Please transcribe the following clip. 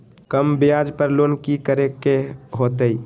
कम ब्याज पर लोन की करे के होतई?